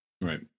Right